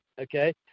okay